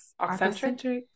Oxcentric